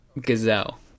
Gazelle